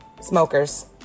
smokers